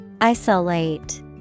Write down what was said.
Isolate